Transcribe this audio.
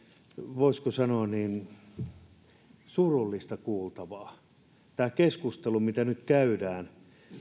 voisiko sanoa surullista kuultavaa tämä keskustelu mitä nyt käydään